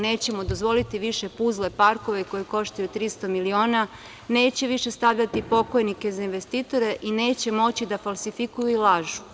Nećemo dozvoliti više puzle parkove koji koštaju 300 miliona, neće više stavljati pokojnike za investitore i neće moći da falsifikuju i lažu.